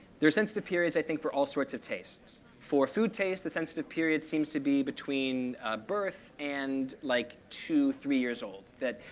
there are sensitive periods, i think, for all sorts of tastes. for food taste, the sensitive period seems to be between birth and like two, three years old that,